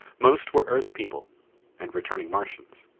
most were earth people and returning martians.